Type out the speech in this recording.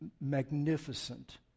magnificent